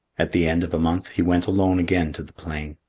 at the end of a month he went alone again to the plain.